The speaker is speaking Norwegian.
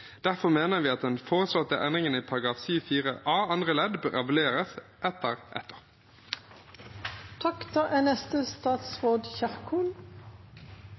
Derfor mener vi at den foreslåtte endringen i § 7-4 a andre ledd bør evalueres etter